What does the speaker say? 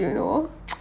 you know